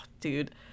dude